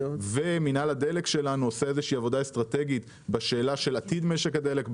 מינהל הדלק שלנו עושה עבודה אסטרטגית בשאלה של עתיד משק הדלק.